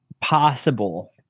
possible